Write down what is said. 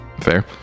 Fair